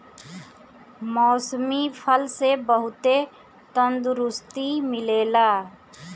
मौसमी फल से बहुते तंदुरुस्ती मिलेला